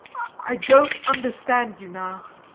i don't understand you now.